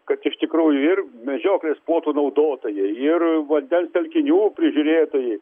kad iš tikrųjų ir medžioklės plotų naudotojai ir vandens telkinių prižiūrėtojai